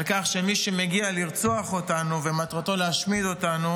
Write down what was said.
שמי שמגיע לרצוח אותנו ומטרתו להשמיד אותנו